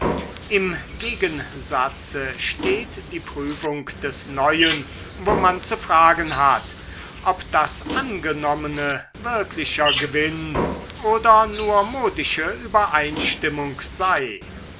im gegensatze steht die prüfung des neuen wo man zu fragen hat ob das angenommene wirklicher gewinn oder nur modische übereinstimmung sei